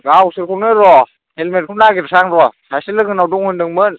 गावसोरखौनो र' हेलमेटखौनो नागिरसां र' सासे लोगोनाव दं होनदोंमोन